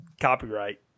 copyright